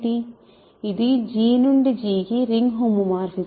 ఇది G నుండి G కి రింగ్ హోమోమార్ఫిజం